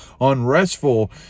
unrestful